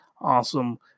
awesome